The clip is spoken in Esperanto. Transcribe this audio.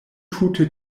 tute